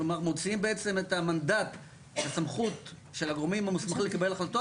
כלומר מוציאים בעצם את המנדט של סמכות הגורמים המוסמכים לקבל החלטות